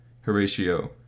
Horatio